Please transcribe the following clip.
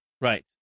right